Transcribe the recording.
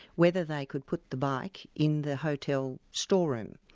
whether they could put the bike in the hotel storeroom.